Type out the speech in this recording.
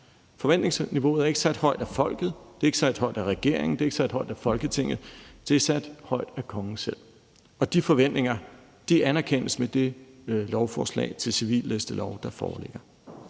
Forventningsniveauet er ikke sat højt af folket, det er ikke sat højt af regeringen, det er ikke sat højt af Folketinget, det er sat højt af kongen selv, og de forventninger anerkendes med det lovforslag til civillistelov, der foreligger.